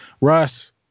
Russ